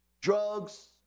drugs